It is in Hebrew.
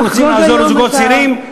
אם רוצים לעזור לזוגות צעירים,